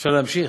אפשר להמשיך.